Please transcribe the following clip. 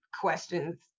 questions